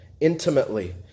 intimately